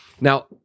now